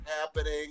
happening